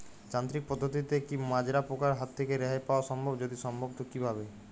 যান্ত্রিক পদ্ধতিতে কী মাজরা পোকার হাত থেকে রেহাই পাওয়া সম্ভব যদি সম্ভব তো কী ভাবে?